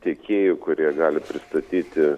tiekėjų kurie gali pristatyti